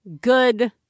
good